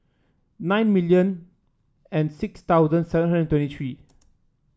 nine million and six thousand seven hundred twenty three